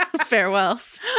farewells